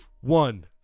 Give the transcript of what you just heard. One